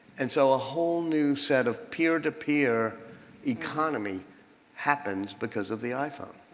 and so a whole new set of peer-to-peer economy happens because of the iphone.